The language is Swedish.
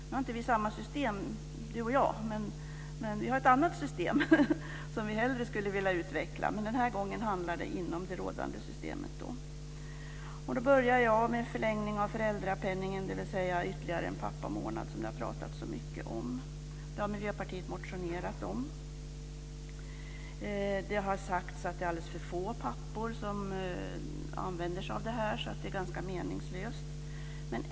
Nu har vi inte samma system, vi har ett annat system som vi hellre skulle vilja utveckla. Den här gången handlar det om det rådande systemet. Jag börjar med frågan om förlängning av föräldrapenningen, dvs. ytterligare en pappamånad som vi har talat så mycket om. Det har Miljöpartiet motionerat om. Det har sagts att det är alldeles för få pappor som använder sig av det här, så det är meningslöst.